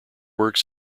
works